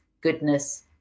goodness